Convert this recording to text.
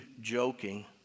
joking